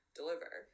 deliver